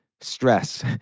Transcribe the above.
stress